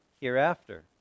hereafter